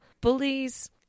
Bullies